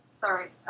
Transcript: Sorry